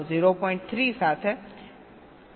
3 સાથે ચિહ્નિત થયેલ છે